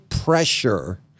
pressure